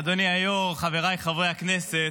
אדוני היו"ר, חבריי חברי הכנסת,